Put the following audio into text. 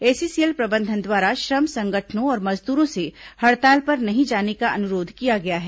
SECL प्रबंधन द्वारा श्रम संगठनों और मजदूरों से हड़ताल पर नहीं जाने का अनुरोध किया गया है